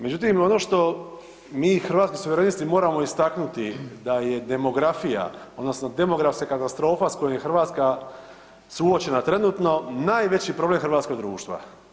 Međutim, ono što mi Hrvatski suverenisti moramo istaknuti da je demografija odnosno demografska katastrofa s kojom je Hrvatska suočena trenutno, najveći problem hrvatskog društva.